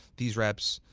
these reps,